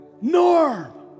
Norm